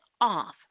off